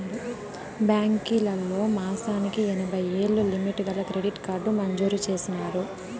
బాంకీలోల్లు మాసానికి ఎనభైయ్యేలు లిమిటు గల క్రెడిట్ కార్డు మంజూరు చేసినారు